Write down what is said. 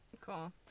Cool